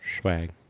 Swag